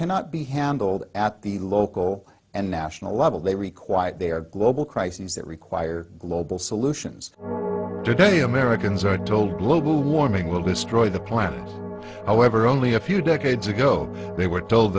cannot be handled at the local and national level they require they are global crises that require global solutions today americans are told global warming will destroy the planet however only a few decades ago they were told